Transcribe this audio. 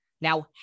Now